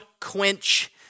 quench